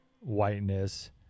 whiteness